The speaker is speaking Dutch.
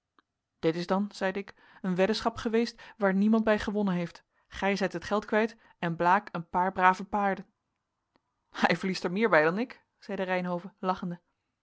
dit is dan zeide ik een weddenschap geweest waar niemand bij gewonnen heeft gij zijt het geld kwijt en blaek een paar brave paarden hij verliest er meer bij dan ik zeide reynhove lachende